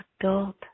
adult